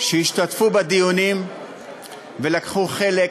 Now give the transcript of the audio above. שהשתתפו בדיונים ולקחו חלק.